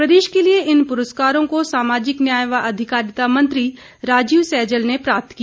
प्रदेश के लिए इन पुरस्कारों को सामाजिक न्याय व अधिकारिता मंत्री राजीव सैजल ने प्राप्त किया